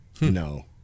No